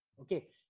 Okay